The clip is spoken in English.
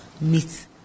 meet